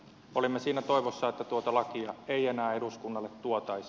olimme siinä toivossa että tuota lakia ei enää eduskunnalle tuotaisi